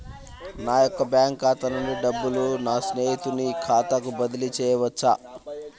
నా యొక్క బ్యాంకు ఖాతా నుండి డబ్బులను నా స్నేహితుని ఖాతాకు బదిలీ చేయవచ్చా?